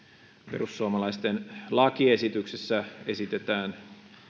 perussuomalaisten lakiesityksessä esitetään